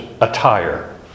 attire